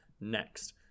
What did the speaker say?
next